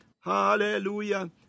hallelujah